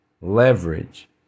leverage